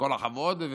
ובכל הכבוד,